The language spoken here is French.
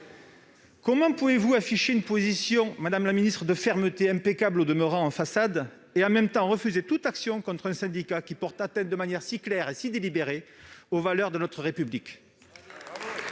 comment pouvez-vous afficher une position de fermeté impeccable en façade, et en même temps refuser toute action contre un syndicat qui porte atteinte de manière si claire et si délibérée aux valeurs de notre République ?